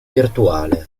virtuale